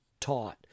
taught